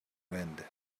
wind